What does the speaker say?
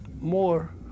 more